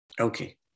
Okay